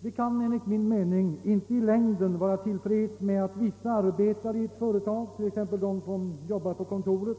Vi kan emellertid enligt min mening inte i längden vara till freds med att vissa arbetare i ett företag, t.ex. de som arbetar på kontoret,